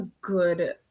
good